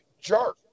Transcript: jerk